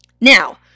Now